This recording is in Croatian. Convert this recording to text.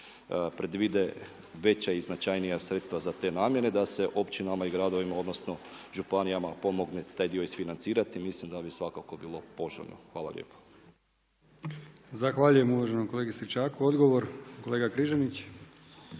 predvide veća i značajnija sredstva za te namjene, da se općinama i gradovima, odnosno županijama pomogne taj dio isfinancirati. Mislim da bi svakako bilo poželjno. Hvala lijepo. **Brkić, Milijan (HDZ)** Zahvaljujem uvaženom kolegi Stričaku. Odgovor kolega Križanić.